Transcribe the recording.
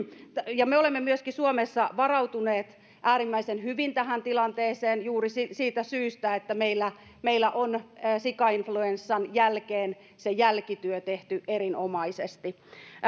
me olemme myöskin suomessa varautuneet äärimmäisen hyvin tähän tilanteeseen juuri siitä syystä että meillä meillä on sikainfluenssan jälkeen se jälkityö tehty erinomaisesti